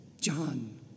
John